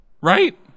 Right